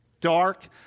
dark